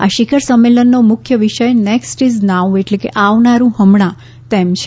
આ શિખર સંમેલનનો મુખ્ય વિષય નેકસ્ટ ઇઝ નાઉ એટલે કે આવનાડુ હમણા તેમ છે